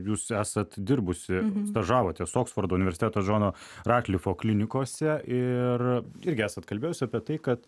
jūs esat dirbusi stažavotės oksfordo universiteto džono ratlifo klinikose ir irgi esat kalbėjus apie tai kad